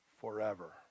forever